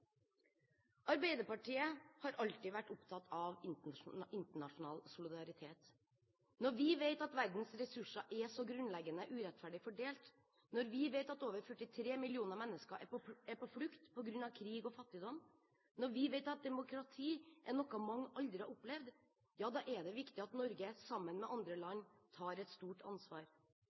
Arbeiderpartiet har alltid vært opptatt av internasjonal solidaritet. Når vi vet at verdens ressurser er så grunnleggende urettferdig fordelt, når vi vet at over 43 millioner mennesker er på flukt på grunn av krig og fattigdom, når vi vet at demokrati er noe mange aldri har opplevd, ja, da er det viktig at Norge, sammen med andre land, tar et stort ansvar.